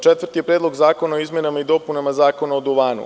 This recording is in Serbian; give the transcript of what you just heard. Četvrti jeste Predlog zakona o izmenama i dopunama Zakona o duvanu.